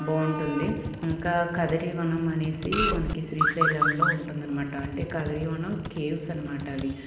బాగుంటుంది ఇంకా కదిరివనం అనేసి మనకి శ్రీశైలంలో ఉంటుంది అనమాట అంటే కదిరివనం కేవ్స్ అనమాట అవి